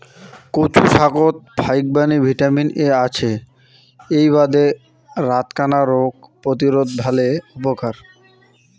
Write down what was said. কচু শাকত ফাইকবাণী ভিটামিন এ আছে এ্যাই বাদে রাতকানা রোগ প্রতিরোধত ভালে উপকার